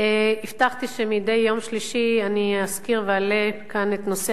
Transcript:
הבטחתי שמדי יום שלישי אזכיר ואעלה כאן את נושא